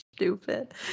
Stupid